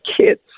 kids